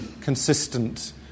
consistent